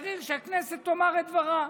צריך שהכנסת תאמר את דברה.